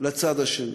לצד השני.